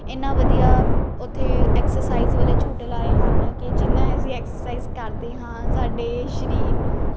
ਇੰਨਾਂ ਵਧੀਆ ਉੱਥੇ ਐਕਸਰਸਾਈਜ਼ ਵਾਲੇ ਝੂਟੇ ਲਾਏ ਹਨ ਕਿ ਜਿੰਨਾਂ ਅਸੀਂ ਐਕਸਰਸਾਈਜ਼ ਕਰਦੇ ਹਾਂ ਸਾਡੇ ਸਰੀਰ ਨੂੰ